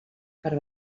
per